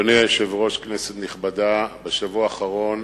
אדוני היושב-ראש, כנסת נכבדה, בשבוע האחרון